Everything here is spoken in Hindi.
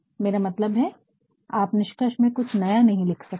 मेरा मतलब है आप निष्कर्ष में कुछ नया नहीं लिख सकते है